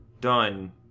done